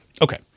Okay